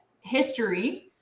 history